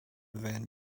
van